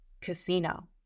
Casino